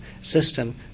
system